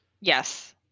Yes